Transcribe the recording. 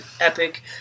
epic